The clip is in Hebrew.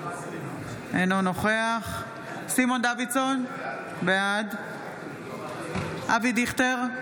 אינו נוכח סימון דוידסון, בעד אבי דיכטר,